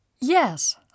Yes